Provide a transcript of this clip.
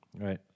Right